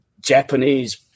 Japanese